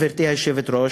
גברתי היושבת-ראש,